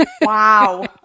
Wow